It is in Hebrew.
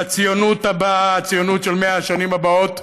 והציונות הבאה, הציונות של 100 השנים הבאות,